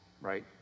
right